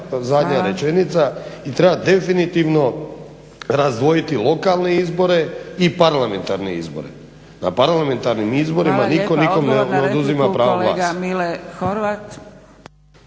i treba definitivno razdvojiti lokalne izbore i parlamentarne izbore, na parlamentarnim izborima nitko nikome ne oduzima pravo glasa.